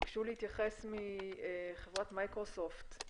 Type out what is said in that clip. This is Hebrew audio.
ביקשו להתייחס מחברת מיקרוסופט,